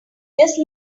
just